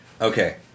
Okay